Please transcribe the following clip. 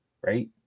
Right